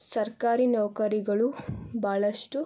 ಸರ್ಕಾರಿ ನೌಕರಿಗಳು ಭಾಳಷ್ಟು